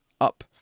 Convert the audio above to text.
up